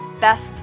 best